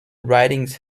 writings